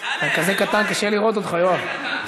אתה כזה קטן, קשה לראות אותך, יואב.